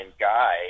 guy